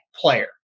player